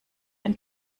ein